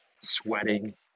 sweating